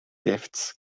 gifts